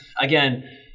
Again